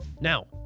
now